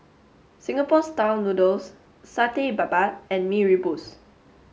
Singapore style noodles Satay Babat and Mee Rebus